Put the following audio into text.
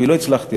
ולא הצלחתי,